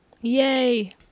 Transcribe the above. yay